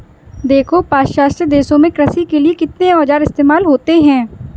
देखो पाश्चात्य देशों में कृषि के लिए कितने औजार इस्तेमाल होते हैं